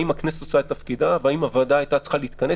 האם הכנסת עושה את תפקידה והאם הוועדה הייתה צריכה להתכנס?